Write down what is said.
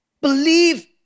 Believe